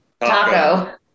Taco